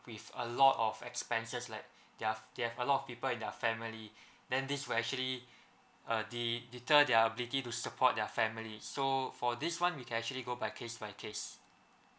with a lot of expenses like their they have a lot of people in the family then this will actually uh de~ deter their ability to support their family so for this one we can actually go by case by case